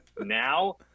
Now